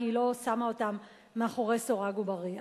כי היא לא שמה אותם מאחורי סורג ובריח.